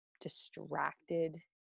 distracted